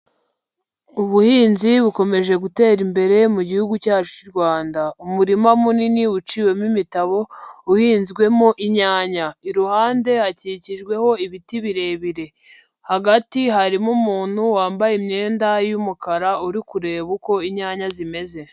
Ubuhinzi bukomeje gutera imbere mu gihugu cyacu Rwanda, umurima munini uciwemo imitabo uhinzwemo inyanya, iruhande hakikijweho ibiti birebire hagati harimo umuntu wambaye imyenda y'umukara uri kureba uko inyanya zimeze.